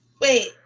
Wait